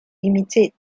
imitate